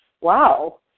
wow